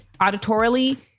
auditorially